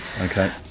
Okay